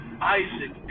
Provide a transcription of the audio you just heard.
Isaac